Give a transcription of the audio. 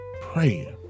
Praying